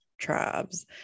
tribes